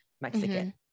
Mexican